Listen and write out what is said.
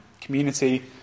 community